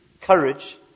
courage